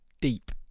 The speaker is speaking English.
deep